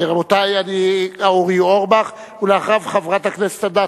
רבותי, אורי אורבך, ואחריו, חברת הכנסת אדטו.